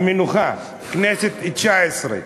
המנוחה, הכנסת התשע-עשרה.